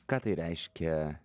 ką tai reiškia